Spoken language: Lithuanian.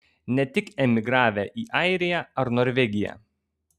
ir ne tik emigravę į airiją ar norvegiją